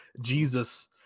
Jesus